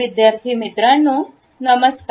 विद्यार्थी मित्रांनो नमस्कार